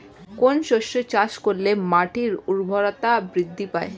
কোন শস্য চাষ করলে মাটির উর্বরতা বৃদ্ধি পায়?